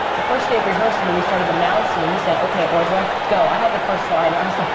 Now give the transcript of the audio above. the first day of rehearsal, when we started the mound scene, he said, okay, audra, go. i had the first line. i was like,